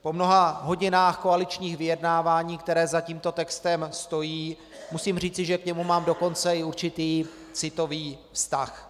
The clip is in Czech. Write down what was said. Po mnoha hodinách koaličních vyjednávání, které za tímto textem stojí, musím říci, že k němu mám dokonce i určitý citový vztah.